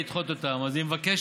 העם היהודי, העם היהודי.